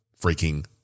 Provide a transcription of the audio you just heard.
freaking